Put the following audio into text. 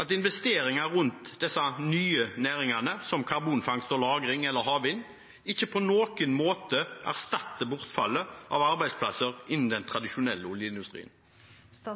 at investeringer rundt disse nye næringene som karbonfangst og -lagring eller havvind, ikke på noen måte erstatter bortfallet av arbeidsplasser innen den tradisjonelle oljeindustrien? Ja,